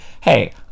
hey